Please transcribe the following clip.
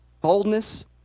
Boldness